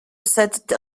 cette